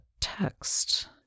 text